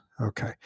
Okay